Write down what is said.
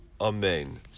Amen